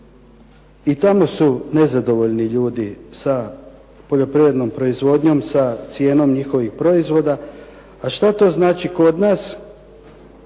i tamo su nezadovoljni ljudi sa poljoprivrednom proizvodnjom, sa cijenom njihovih proizvoda. A šta to znači kod nas,